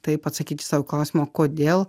taip atsakyti sau į klausimą kodėl